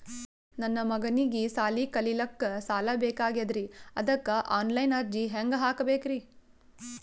ನನ್ನ ಮಗನಿಗಿ ಸಾಲಿ ಕಲಿಲಕ್ಕ ಸಾಲ ಬೇಕಾಗ್ಯದ್ರಿ ಅದಕ್ಕ ಆನ್ ಲೈನ್ ಅರ್ಜಿ ಹೆಂಗ ಹಾಕಬೇಕ್ರಿ?